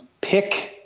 pick